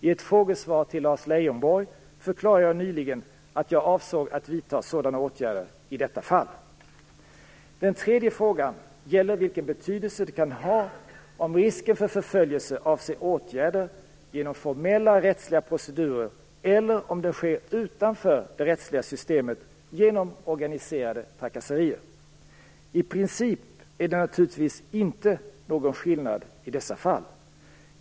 I ett frågesvar till Lars Leijonborg förklarade jag nyligen att jag avsåg att vidta sådana åtgärder i detta fall. Den tredje frågan gäller vilken betydelse det kan ha om risken för förföljelse avser åtgärder genom formella rättsliga procedurer eller om den sker utanför det rättsliga systemet genom organiserade trakasserier. I princip är det naturligtvis inte någon skillnad i dessa fall.